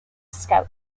scout